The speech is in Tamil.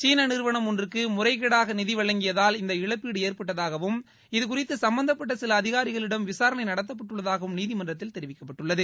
சீன நிறுவனம் ஒன்றுக்கு முறைகேடாக நிதி வழங்கியதால் இந்த இழப்பீடு ஏற்பட்டதாகவும் இது குறித்து சம்பந்தப்பட்ட சில அதிகாரிகளிடம் விசாரணை நடத்தப்பட்டுள்ளதாகவும் நீதிமன்றத்தில் தெரிவிக்கப்பட்டுள்ளது